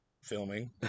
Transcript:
filming